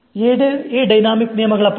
Aerodynamic ನಿಯಮಗಳ ಪ್ರಕಾರ